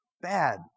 bad